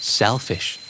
selfish